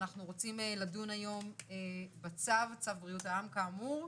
אנחנו רוצים לדון היום בצו, צו בריאות העם, כאמור,